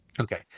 Okay